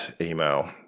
email